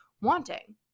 wanting